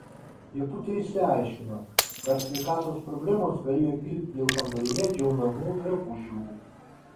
lieputė išsiaiškino kad sveikatos problemos galėjo kilti dėl kambaryje džiaunamų drabužių